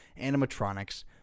animatronics